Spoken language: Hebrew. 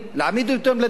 להעמיד אותם לדין.